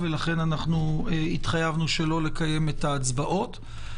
לכן התחייבנו לא לקיים את ההצבעות.